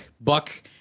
Buck